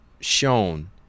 shown